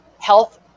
health